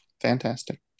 Fantastic